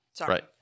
Right